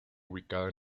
ubicada